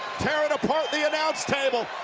tearing apart the announce table.